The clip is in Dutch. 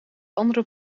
andere